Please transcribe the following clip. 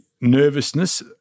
nervousness